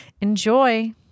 Enjoy